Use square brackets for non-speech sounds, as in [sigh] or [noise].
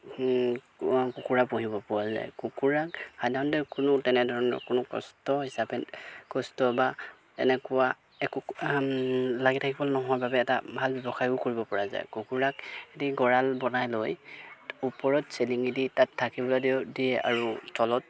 কুকুৰা পুহিব পৰা যায় কুকুৰাক সাধাৰণতে কোনো তেনেধৰণৰ কোনো কষ্ট হিচাপে কষ্ট বা তেনেকুৱা একো [unintelligible] লাগি থাকিবলৈ নোহোৱাৰ বাবে এটা ভাল ব্যৱসায়ো কৰিব পৰা যায় কুকুৰাক এটি গঁৰাল বনাই লৈ ওপৰত চেলিঙি দি তাত থাকিবলৈ দিয় দিয়ে আৰু তলত